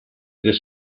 this